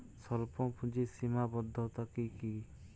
স্বল্পপুঁজির সীমাবদ্ধতা কী কী?